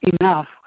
enough